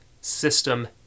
system